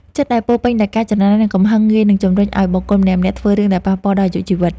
ចិត្តដែលពោរពេញដោយការច្រណែននិងកំហឹងងាយនឹងជម្រុញឱ្យបុគ្គលម្នាក់ៗធ្វើរឿងដែលប៉ះពាល់ដល់អាយុជីវិត។